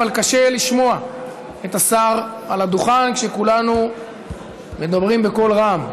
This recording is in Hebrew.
אבל קשה לשמוע את השר על הדוכן כשכולנו מדברים בקול רם.